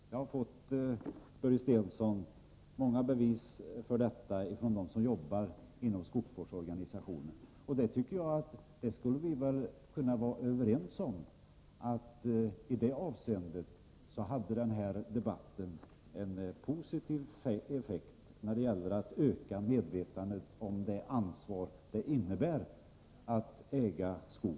Jag har, Börje Stensson, fått många bevis för detta från dem som jobbar inom skogsvårdsorganisationen. Vi borde vara överens om att denna debatt hade en positiv effekt när det gäller att öka medvetandet om det ansvar som det innebär att äga skog.